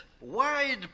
wide